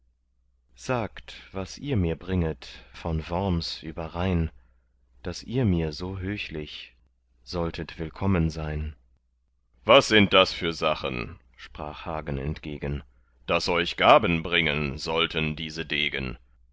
sagt was ihr mir bringet von worms überrhein daß ihr mir so höchlich solltet willkommen sein was sind das für sachen sprach hagen entgegen daß euch gaben bringen sollten diese degen